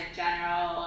general